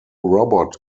robot